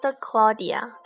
Claudia